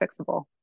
fixable